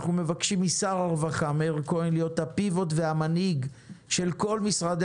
אנחנו מבקשים משר הרווחה מאיר כהן להיות הפיבוט והמנהיג של כל משרדי